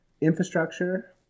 infrastructure